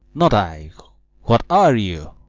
not i what are you?